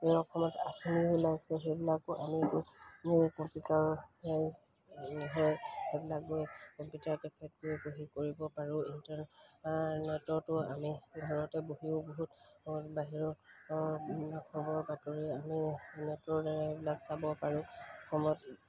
যি অসমত আঁচনি ওলাইছে সেইবিলাকো আমি নিজে কম্পিউটাৰে সেইবিলাকো কম্পিউটাৰ কেফেত গৈ বহি কৰিব পাৰোঁ ইণ্টাৰনেটটো আমি ঘাৰতে বহিও বহুত বাহিৰৰ অসমৰ বাতৰি আমি নেটৰদ্বাৰাই সেইবিলাক চাব পাৰোঁ অসমত